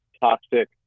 toxic